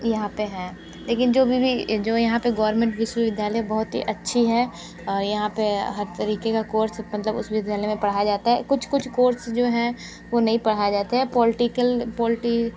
यहाँ पर हैं लेकिन जो भी जो यहाँ पर गवर्नमेंट विश्वविद्यालय बहुत ही अच्छी है और यहाँ पर हर तरीक़े का कोर्स मतलब उस विद्यालय में पढ़ाया जाता है कुछ कुछ कोर्स जो हैं वो नहीं पढ़ाए जाते हैं पॉलीटिकल पॉलीटि